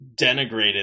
denigrated